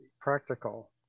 practical